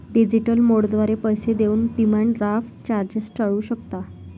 digital मोडद्वारे पैसे देऊन डिमांड ड्राफ्ट चार्जेस टाळू शकता